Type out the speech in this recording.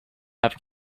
have